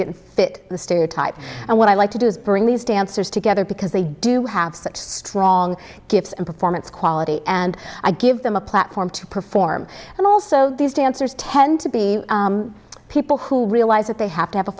didn't fit the stereotype and what i like to do is bring these dancers together because they do have such strong gifts and performance quality and i give them a platform to perform and also these dancers tend to be people who realize that they have to have a